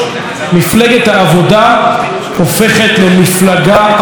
מפלגת העבודה הופכת למפלגה אבודה?